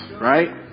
right